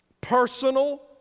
personal